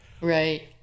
Right